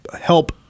help